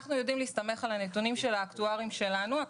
אנחנו יודעים להסתמך על הנתונים של האקטוארים שלנו,